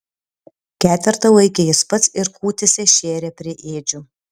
ketvertą laikė jis pats ir kūtėse šėrė prie ėdžių